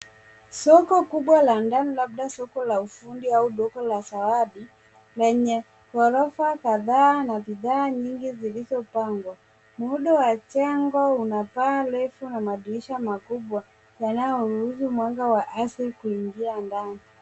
Soko kubwa la ndani landa soko la ufundi au duka la zawadi lenye ghorofa kadhaa na bidhaa nyingi zilizopangwa. Muundo wa jengo una paa refu na madirisha makubwa yanayoruhusu mwanga wa asili kuingia ndani.